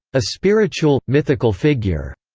a spiritual, mythical figure.